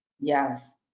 Yes